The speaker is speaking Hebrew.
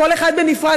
כל אחד בנפרד,